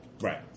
Right